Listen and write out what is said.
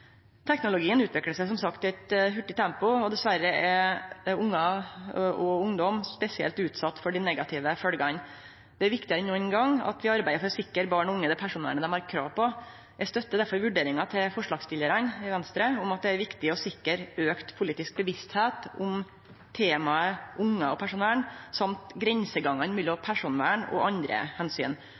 Teknologien utviklar seg som sagt i eit hurtig tempo, og dessverre er ungar og ungdom spesielt utsette for dei negative følgjene. Det er viktigare enn nokon gong at vi arbeider for å sikre barn og unge det personvernet dei har krav på. Eg støttar difor vurderinga til forslagsstillarane i Venstre om at det er viktig å sikre auka politisk bevisstheit om temaet ungar og personvern samt grensegangane mellom personvern og andre